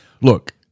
look